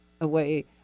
away